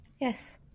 yes